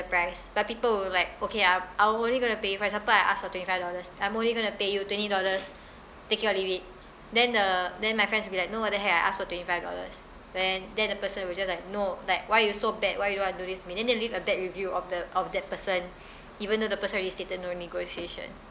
price but people will be like okay I'm I'm only going to pay for example I ask for twenty five dollars I'm only going to pay you twenty dollars take it or leave it then the then my friends will be like no what the hell I ask for twenty five dollars then then the person will just like no like why you so bad why you want to do this to me then they leave a bad review of the of that person even though the person already stated no negotiation